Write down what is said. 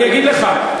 אני אגיד לך,